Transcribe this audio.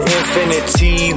infinity